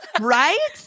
Right